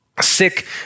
Sick